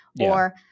or-